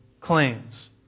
claims